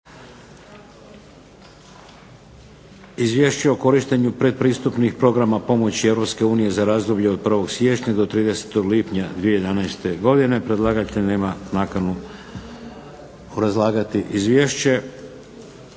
Izvješće o korištenju pretpristupnih programa pomoći Europske unije za razdoblje od 1. siječnja do 30. lipnja 2011. godine. Predlagatelj nema nakanu obrazlagati Izvješće.